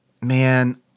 man